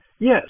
yes